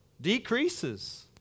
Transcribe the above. decreases